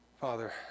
Father